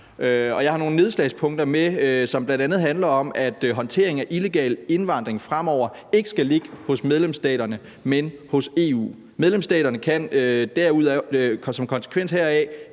Jeg har nogle nedslagspunkter med, som bl.a. handler om, at håndteringen af illegal indvandring fremover ikke skal ligge hos medlemsstaterne, men hos EU. Medlemsstaterne kan som konsekvens heraf